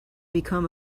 become